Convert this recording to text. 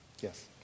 Yes